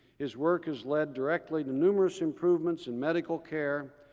his work has led directly to numerous improvements in medical care,